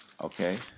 Okay